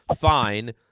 fine